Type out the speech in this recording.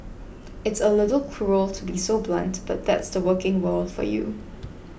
it's a little cruel to be so blunt but that's the working world for you